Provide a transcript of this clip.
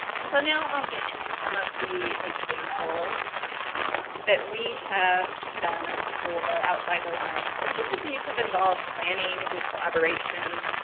and so now i will get into some of the examples that we have done for outside the lines. and each of these have involved planning and collaboration,